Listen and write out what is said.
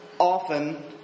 Often